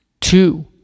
Two-